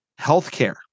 Healthcare